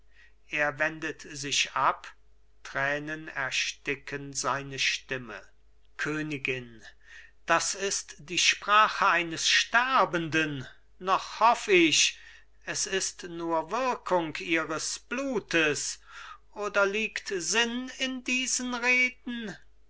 er wendet sich ab tränen ersticken seine stimme königin das ist die sprache eines sterbenden noch hoff ich es ist nur wirkung ihres blutes oder liegt sinn in diesen reden